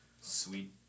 sweet